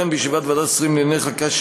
וכן בישיבת ועדת השרים לענייני חקיקה,